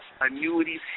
annuities